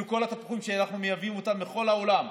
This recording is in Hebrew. כל התפוחים שאנחנו מייבאים מכל העולם,